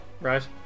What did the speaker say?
right